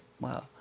wow